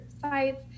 sites